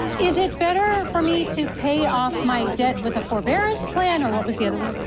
is it better for me to pay off my debt with a forbearance plan or what was the other one?